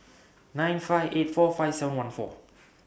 nine five eight four five seven one four